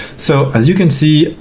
so as you can see,